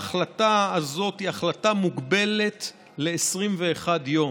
ההחלטה הזאת היא החלטה מוגבלת ל-21 יום.